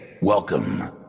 welcome